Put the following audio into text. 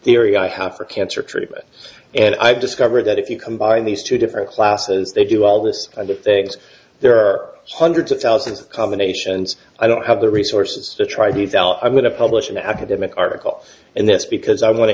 theory i have for cancer treatment and i've discovered that if you combine these two different classes they do all this and if they there are hundreds of thousands of combinations i don't have the resources to try these out i'm going to publish an academic article in this because i want to